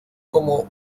como